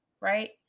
right